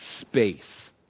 space